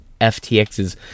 FTX's